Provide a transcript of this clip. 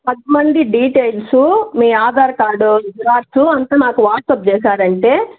details మీ Aadhaar card xerox అంత నాకు వాట్సాప్ చేసారంటే